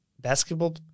basketball